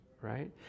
right